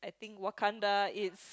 think Wakanda is